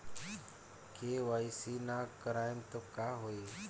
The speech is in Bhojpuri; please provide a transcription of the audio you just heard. के.वाइ.सी ना करवाएम तब का होई?